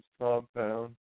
compound